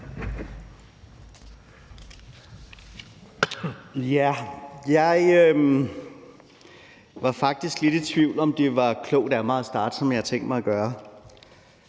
Jeg var faktisk lidt i tvivl om, hvorvidt det var klogt af mig at starte, som jeg har tænkt mig at gøre.